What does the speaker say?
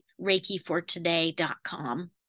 reikifortoday.com